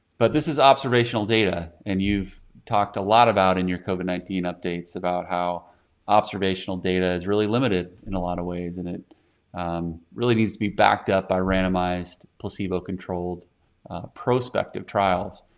but this is observational data, and you've talked a lot about in your covid nineteen updates about how observational data is really limited in a lot of ways, and it really needs to be backed up by randomized placebo-controlled prospective trials.